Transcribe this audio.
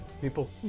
people